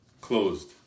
closed